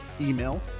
email